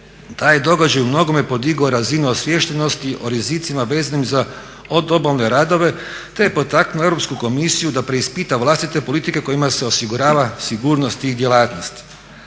Taj je događaj u mnogome podigao razinu osviještenosti o rizicima vezanim za odobalne radove te je potaknuo Europsku komisiju da preispita vlastite politike kojima se osigurava sigurnost tih djelatnosti.